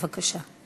בבקשה.